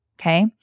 okay